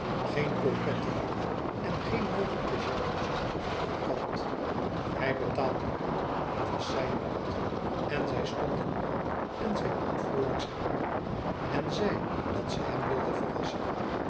geen coquetterie en geen mogelijke jalouzie van hun kant hij betaalde het was zijn beurt en zij stonden op en zij nam vroolijk zijn arm en zei dat ze hem wilde verrassen